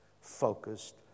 focused